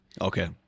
Okay